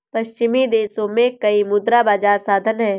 पश्चिमी देशों में कई मुद्रा बाजार साधन हैं